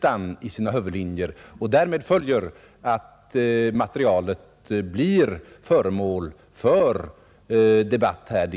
de i sina huvudlinjer måste föreläggas riksdagen, och därmed följer att materialet blir föremål för debatt i kammaren.